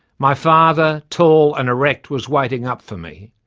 my father, tall and erect, was waiting up for me.